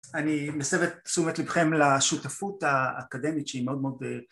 אני מסב את תשומת לבכם לשותפות האקדמית, שהיא מאוד מאוד אה...